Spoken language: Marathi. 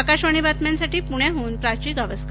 आकाशवाणी बातम्यांसाठी पुण्याहन प्राची गावस्कर